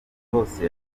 hose